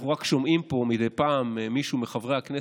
אנחנו רק שומעים פה מדי פעם מישהו מחברי הכנסת,